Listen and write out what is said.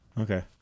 Okay